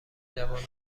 جوانان